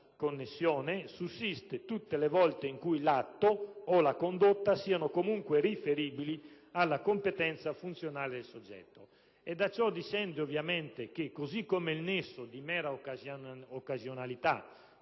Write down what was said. connessione sussiste tutte le volte in cui l'atto o la condotta siano comunque riferibili alla competenza funzionale del soggetto». Da ciò discende ovviamente che, così come il nesso di mera occasionalità